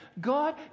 God